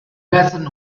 doesn’t